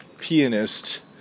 pianist